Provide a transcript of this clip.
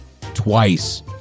twice